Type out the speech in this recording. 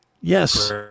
Yes